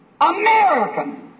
American